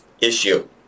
issue